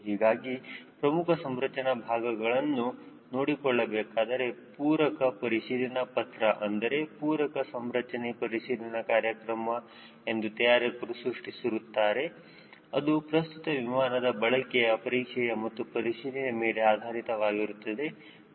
ಹೀಗಾಗಿ ಪ್ರಮುಖ ಸಂರಚನಾ ಭಾಗಗಳನ್ನು ನೋಡಿಕೊಳ್ಳಬೇಕಾದರೆ ಪೂರಕ ಪರಿಶೀಲನಾ ಪತ್ರ ಅಂದರೆ ಪೂರಕ ಸಂರಚನೆ ಪರಿಶೀಲನೆ ಕಾರ್ಯಕ್ರಮ ಎಂದು ತಯಾರಕರು ಸೃಷ್ಟಿಸುತ್ತಾರೆ ಅದು ಪ್ರಸ್ತುತ ವಿಮಾನದ ಬಳಕೆಯ ಪರೀಕ್ಷೆಯ ಮತ್ತು ಪರಿಶೀಲನೆ ಮೇಲೆ ಆಧಾರಿತವಾಗಿರುತ್ತದೆ